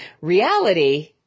Reality